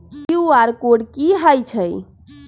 QR code कि हई छई?